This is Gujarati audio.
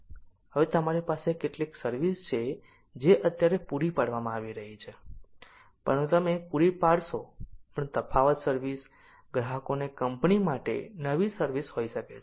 હવે તમારી પાસે કેટલીક સર્વિસ છે જે અત્યારે પૂરી પાડવામાં આવી રહી છે પરંતુ તમે પૂરી પાડશો પણ તફાવત સર્વિસ ગ્રાહકોને કંપની માટે નવી સર્વિસ હોઈ શકે છે